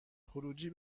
خروجی